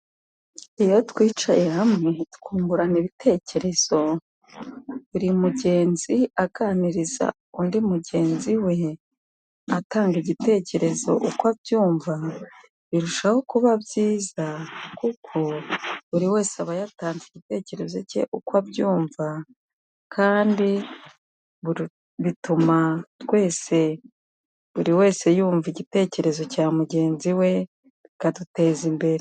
Iyo twicaye hamwe twungurana ibitekerezo .Buri mugenzi aganiriza undi mugenzi we,. atanga igitekerezo uko abyumva. Birushaho kuba byiza kuko buri wese aba yatanze igitekerezo cye uko abyumva. Kandi bugatuma twese buri wese yumva igitekerezo cya mugenzi we bikaduteza imbere.